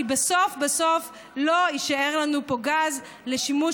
כי בסוף בסוף לא יישאר לנו פה גז לשימוש